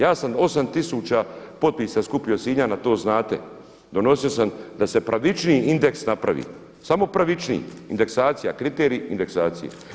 Ja sam 8 tisuća potpisa skupio Sinjana to znate, donosio sam da se pravičniji indeks napravi, samo pravičniji, indeksacija, kriterij, inedeksacija.